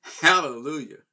Hallelujah